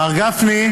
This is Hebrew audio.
מר גפני.